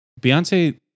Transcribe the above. Beyonce